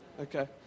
okay